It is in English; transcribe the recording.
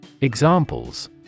Examples